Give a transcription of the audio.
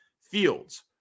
Fields